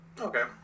okay